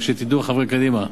רק שתדעו, חברי קדימה.